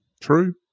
True